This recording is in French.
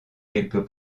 quelques